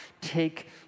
take